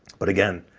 but again,